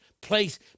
place